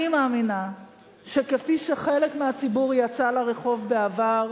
אני מאמינה שכפי שחלק מהציבור יצא לרחוב בעבר,